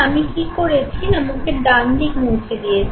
আমি কী করেছি না মুখের ডান দিক মুছে দিয়েছি